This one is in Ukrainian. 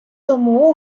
тому